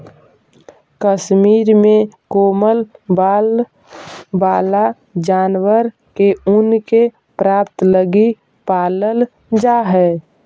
कश्मीर में कोमल बाल वाला जानवर के ऊन के प्राप्ति लगी पालल जा हइ